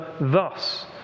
thus